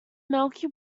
milky